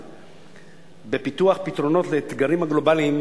בפיתוח פתרונות לאתגרים הגלובליים,